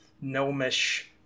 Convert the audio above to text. gnomish